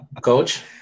Coach